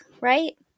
right